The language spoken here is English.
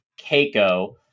Keiko